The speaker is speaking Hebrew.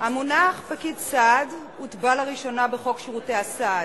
המונח "פקיד סעד" הוטבע לראשונה בחוק שירותי הסעד,